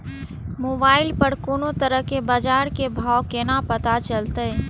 Mobile पर कोनो तरह के बाजार के भाव केना पता चलते?